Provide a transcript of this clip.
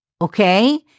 Okay